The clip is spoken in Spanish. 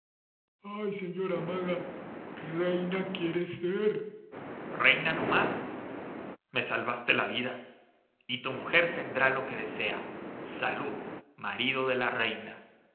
ay señora maga reina quiere ser reina no más me salvaste la vida y tu mujer tendrá lo que desea salud marido de la reina